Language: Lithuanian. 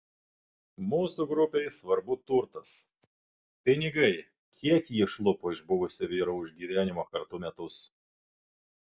mūsų grupei svarbu turtas pinigai kiek ji išlupo iš buvusio vyro už gyvenimo kartu metus